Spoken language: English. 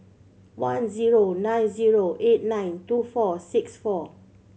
one zero nine zero eight nine two four six four